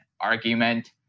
argument